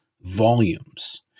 volumes